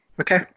Okay